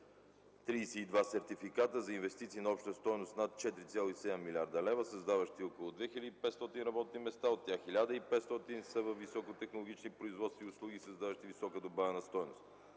32 сертификата за инвестиции на обща стойност над 4,7 млрд. лв., създаващи около 2500 работни места. От тях 1500 са във високотехнологични производства и услуги, създаващи висока добавена стойност.